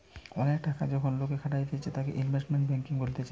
অনেক টাকা যখন লোকে খাটাতিছে তাকে ইনভেস্টমেন্ট ব্যাঙ্কিং বলতিছে